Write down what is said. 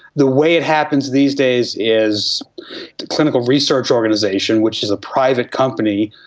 the way it happens these days is a clinical research organisation, which is a private company,